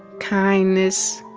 kindness